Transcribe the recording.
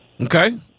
Okay